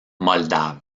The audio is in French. moldave